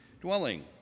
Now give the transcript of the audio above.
dwelling